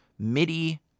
MIDI